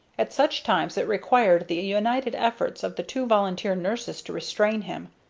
at such times it required the united efforts of the two volunteer nurses to restrain him,